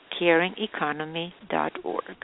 caringeconomy.org